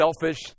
selfish